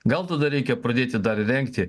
gal tada reikia pradėti dar rengti